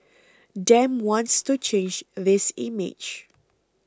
Dem wants to change this image